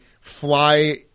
fly